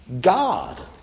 God